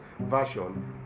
version